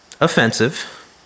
Offensive